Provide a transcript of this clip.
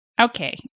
Okay